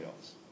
else